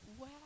wow